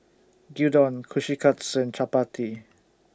Gyudon Kushikatsu Chapati